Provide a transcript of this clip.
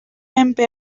menpe